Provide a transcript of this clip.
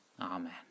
Amen